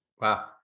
Wow